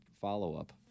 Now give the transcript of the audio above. follow-up